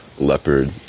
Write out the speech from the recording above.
Leopard